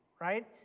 right